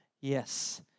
Yes